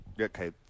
Okay